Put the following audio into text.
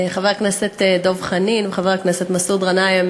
חבר הכנסת דב חנין וחבר הכנסת מסעוד גנאים,